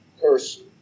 person